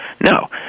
No